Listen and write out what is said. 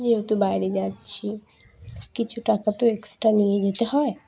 যেহেতু বাইরে যাচ্ছি কিছু টাকা তো এক্সট্রা নিয়ে যেতে হয়